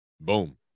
Boom